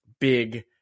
big